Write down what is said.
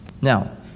Now